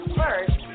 first